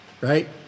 right